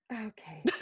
Okay